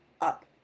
up